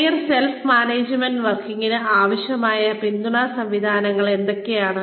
career self management വർക്കിന് ആവശ്യമായ പിന്തുണാ സംവിധാനങ്ങൾ എന്തൊക്കെയാണ്